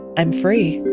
i'm free